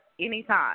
Anytime